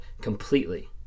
completely